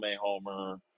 Homer